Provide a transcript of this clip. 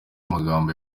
amagambo